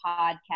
podcast